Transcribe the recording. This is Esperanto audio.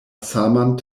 saman